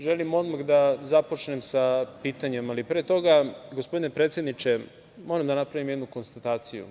Želim odmah da započnem sa pitanjem, ali pre toga gospodine predsedniče, moram da napravim jednu konstataciju.